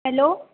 hello